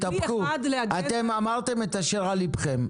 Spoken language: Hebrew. אתם אמרתם את אשר על ליבכם,